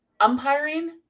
umpiring